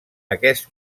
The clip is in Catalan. aquest